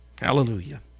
Hallelujah